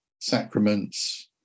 sacraments